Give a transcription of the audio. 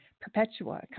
perpetua